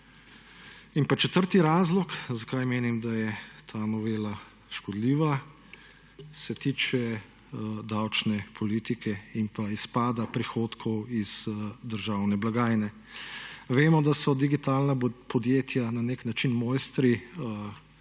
In pa četrti razlog, zakaj menim, da je ta novela škodljiva se tiče davčne politike in pa izpada prihodkov iz državne blagajne. Vemo, da so digitalna podjetja na nek način mojstri